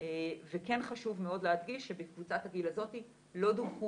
לחיסון וכן חשוב מאוד להדגיש שבקבוצת הגיל הזאת לא דווחו